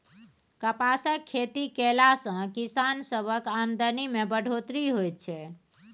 कपासक खेती कएला से किसान सबक आमदनी में बढ़ोत्तरी होएत छै